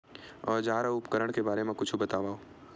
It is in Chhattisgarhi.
औजार अउ उपकरण के बारे मा कुछु बतावव?